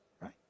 right